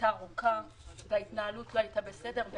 הייתה ארוכה וההתנהלות לא הייתה בסדר.